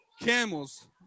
camels